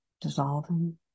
dissolving